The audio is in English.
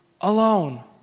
alone